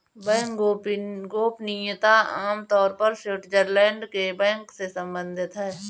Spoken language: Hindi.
बैंक गोपनीयता आम तौर पर स्विटज़रलैंड के बैंक से सम्बंधित है